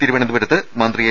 തിരുവനന്തപുരത്ത് മന്ത്രി എ